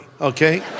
okay